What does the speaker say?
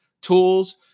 tools